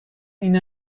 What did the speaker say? این